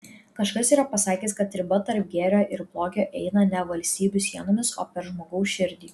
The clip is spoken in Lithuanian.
kažkas yra pasakęs kad riba tarp gėrio ir blogio eina ne valstybių sienomis o per žmogaus širdį